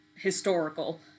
historical